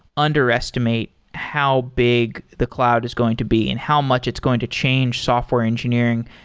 underestimate how big the cloud is going to be and how much it's going to change software engineering.